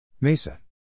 MESA